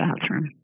bathroom